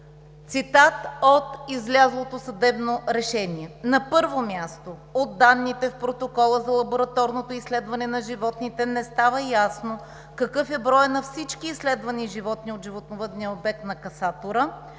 Цитат от излязлото съдебно решение: